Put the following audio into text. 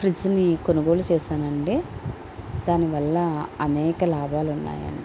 fridge ని కొనుగోలు చేసానండి దానివల్ల అనేక లాభాలున్నాయండి